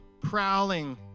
prowling